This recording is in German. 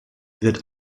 wird